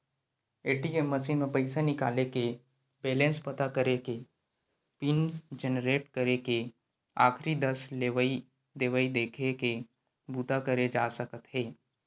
ATM machine म पइसा निकाले के, बेलेंस पता करे के, पिन जनरेट करे के, आखरी दस लेवइ देवइ देखे के बूता करे जा सकत हे